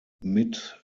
mit